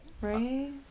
Right